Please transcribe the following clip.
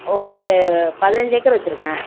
ஒரு பதினஞ்சு ஏக்கர் வச்சிருக்கேன்